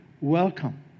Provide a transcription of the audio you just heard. welcome